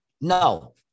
No